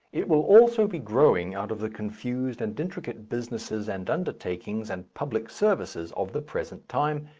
it will also be growing out of the confused and intricate businesses and undertakings and public services of the present time,